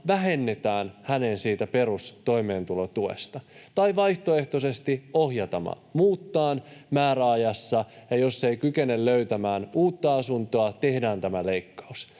vähennetään hänen perustoimeentulotuestaan tai vaihtoehtoisesti ohjataan muuttamaan määräajassa, ja jos ei kykene löytämään uutta asuntoa, tehdään tämä leikkaus.